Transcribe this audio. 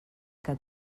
que